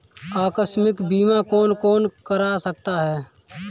आकस्मिक बीमा कौन कौन करा सकता है?